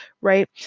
right